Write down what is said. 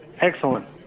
Excellent